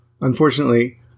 Unfortunately